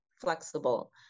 flexible